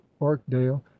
orkdale